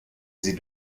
sie